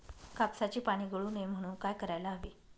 कापसाची पाने गळू नये म्हणून काय करायला हवे?